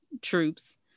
troops